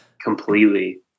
completely